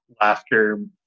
Laughter